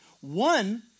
One